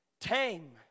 tame